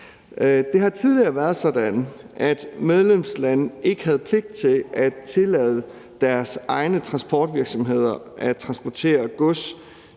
Det har tidligere været sådan, at medlemslande ikke havde pligt til at tillade deres egne transportvirksomheder at transportere gods